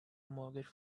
mortgage